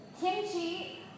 Kimchi